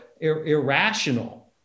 irrational